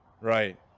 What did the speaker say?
Right